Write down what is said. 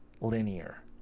linear